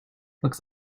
looks